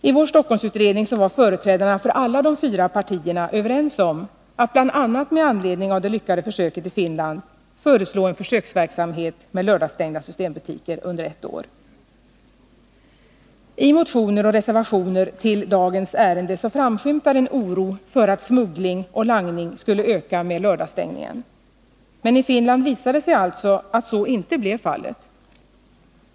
I vår Stockholmsutredning var företrädarna för alla de fyra partierna överens om att bl.a. med anledning av det lyckade försöket i Finland föreslå en försöksverksamhet med lördagsstängda systembutiker under ett år. I de motioner och reservationer som gäller dagens ärende framskymtar en oro för att smuggling och langning skulle öka med lördagsstängning. Men i Finland visade det sig alltså att så inte blev fallet.